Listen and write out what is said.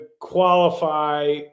qualify